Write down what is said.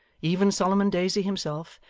even solomon daisy himself,